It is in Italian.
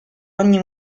ogni